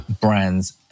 brands